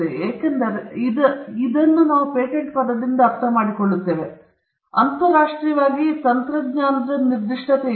ಆದ್ದರಿಂದ ಪೇಟೆಂಟ್ ಪದವನ್ನು ನಾವು ಇಂದು ಅರ್ಥಮಾಡಿಕೊಳ್ಳುತ್ತೇವೆ ಅಂತರಾಷ್ಟ್ರೀಯವಾಗಿ ತಂತ್ರಜ್ಞಾನದ ನಿರ್ದಿಷ್ಟತೆಯಲ್ಲ